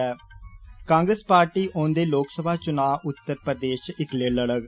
Congress party औंदे लोक सभा चुनां उत्तर प्रदेष च इक्कले लड़ग